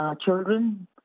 children